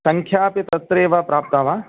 सङ्ख्यापि तत्रेव प्राप्ता वा